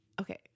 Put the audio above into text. Okay